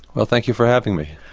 well, thank you for having me.